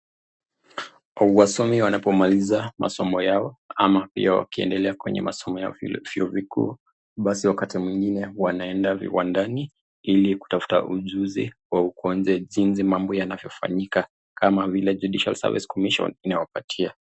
Wasomi wanapomaliza masomo yao ama pia wakiendelea kwa masoo yao kule vyuo vikuu, basi wakati mwingine wanaenda viwandani ili kutafuta ujuzi wa huko nje jinsi mambo yanavyofanyika kama vile Judicial service Commission inawapatia.